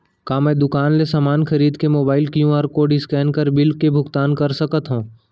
का मैं दुकान ले समान खरीद के मोबाइल क्यू.आर कोड स्कैन कर बिल के भुगतान कर सकथव?